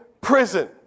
prison